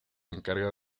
encarga